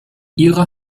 ihrer